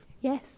Yes